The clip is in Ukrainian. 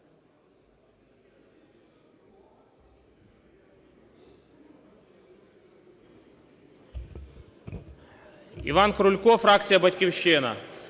Іван Крулько, фракція "Батьківщина".